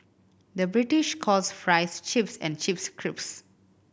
the British calls fries chips and chips crisps